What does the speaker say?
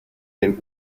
den